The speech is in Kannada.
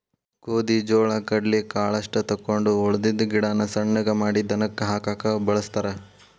ಗೋದಿ ಜೋಳಾ ಕಡ್ಲಿ ಕಾಳಷ್ಟ ತಕ್ಕೊಂಡ ಉಳದಿದ್ದ ಗಿಡಾನ ಸಣ್ಣಗೆ ಮಾಡಿ ದನಕ್ಕ ಹಾಕಾಕ ವಳಸ್ತಾರ